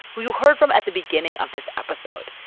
who you heard from at the beginning of this episode.